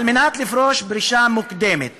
על מנת לפרוש פרישה מוקדמת